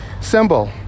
Symbol